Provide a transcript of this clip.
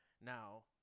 Now